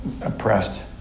oppressed